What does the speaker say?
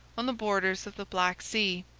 on the borders of the black sea.